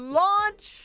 launch